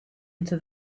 into